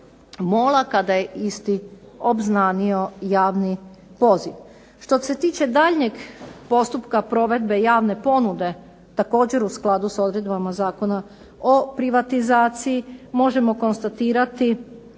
MOL-a kada je isti obznanio javni poziv. Što se tiče daljnjeg postupka provedbe javne ponude, također u skladu s odredbama Zakona o privatizaciji, možemo konstatirati